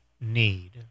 need